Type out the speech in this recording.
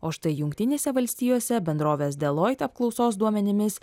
o štai jungtinėse valstijose bendrovės deloitt apklausos duomenimis